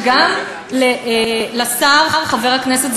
וגם לשר וחבר הכנסת,